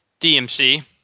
DMC